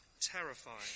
terrifying